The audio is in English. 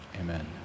Amen